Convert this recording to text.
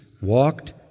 walked